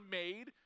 made